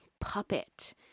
puppet